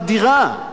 אדירה,